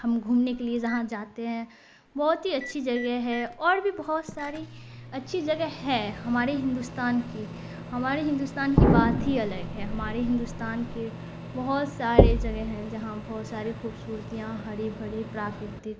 ہم گھومنے کے لیے جہاں جاتے ہیں بہت ہی اچھی جگہ ہے اور بھی بہت ساری اچھی جگہ ہے ہمارے ہندوستان کی ہمارے ہندوستان کی بات ہی الگ ہے ہمارے ہندوستان کے بہت سارے جگہ ہیں جہاں بہت ساری خوبصورتیاں ہری بھری پراکرتک